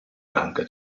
banca